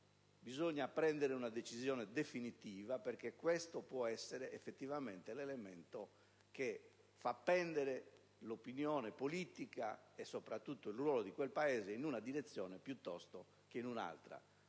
Occorre prendere una decisione definitiva, perché questo può essere, effettivamente, l'elemento che fa pendere l'opinione politica e, soprattutto, il ruolo di quel Paese in una direzione piuttosto che in un'altra.